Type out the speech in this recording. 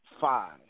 five